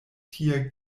tie